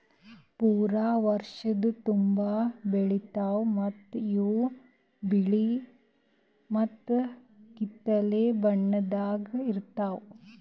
ಪೂರಾ ವರ್ಷದ ತುಂಬಾ ಬೆಳಿತಾವ್ ಮತ್ತ ಇವು ಬಿಳಿ ಮತ್ತ ಕಿತ್ತಳೆ ಬಣ್ಣದಾಗ್ ಇರ್ತಾವ್